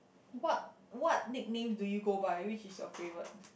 what what nicknames do you go by which is your favourite